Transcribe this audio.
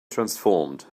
transformed